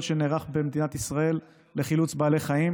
שנערך במדינת ישראל לחילוץ בעלי חיים,